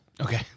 Okay